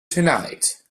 tonight